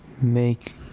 make